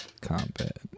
Combat